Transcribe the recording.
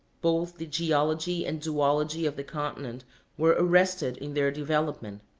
both the geology and zoology of the continent were arrested in their development.